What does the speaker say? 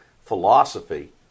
philosophy